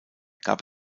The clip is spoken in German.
gab